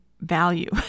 value